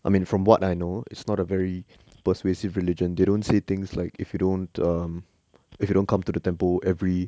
I mean from what I know it's not a very persuasive religion they don't say things like if you don't um if you don't come to the temple every